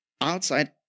outside